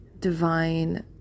divine